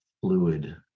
fluid